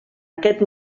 aquest